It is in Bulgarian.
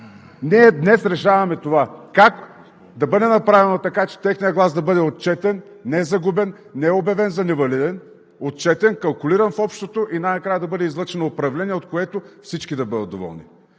Ние днес решаваме това – как да бъде направено така, че техният глас да бъде отчетен, не загубен, не обявен за невалиден, отчетен, калкулиран в общото и най-накрая да бъде излъчено управление, от което всички да бъдат доволни.